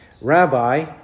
Rabbi